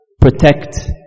protect